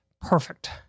perfect